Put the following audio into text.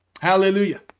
Hallelujah